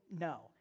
no